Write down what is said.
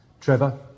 Trevor